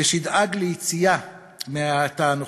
ושתדאג ליציאה מההאטה הנוכחית.